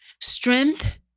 Strength